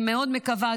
אני מאוד מקווה,